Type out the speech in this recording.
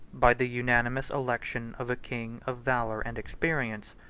by the unanimous election of a king of valor and experience,